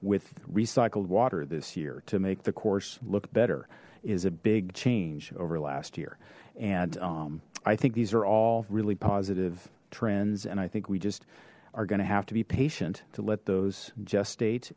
with recycled water this year to make the course look better is a big change over last year and i think these are all really positive trends and i think we just are going to have to be patient to let those just state